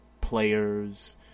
players